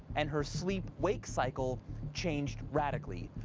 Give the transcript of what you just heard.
and her sleep-wake cycle changed radically.